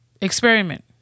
experiment